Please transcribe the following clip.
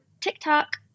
TikTok